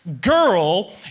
girl